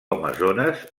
amazones